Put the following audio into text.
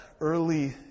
early